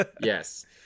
yes